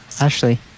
Ashley